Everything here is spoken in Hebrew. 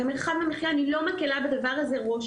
אני לא מקילה ראש במרחב המחיה,